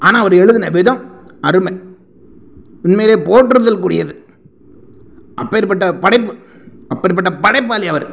ஆனால் அவர் எழுதின விதம் அருமை உண்மையில் போற்றுதல்க்கு உரியது அப்பேற்பட்ட படைப்பு அப்பேற்பட்ட படைப்பாளி அவர்